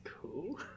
cool